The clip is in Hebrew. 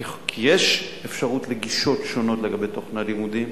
כי יש אפשרות לגישות שונות לגבי תוכנית הלימודים,